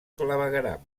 clavegueram